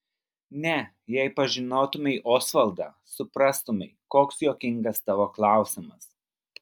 ne jei pažinotumei osvaldą suprastumei koks juokingas tavo klausimas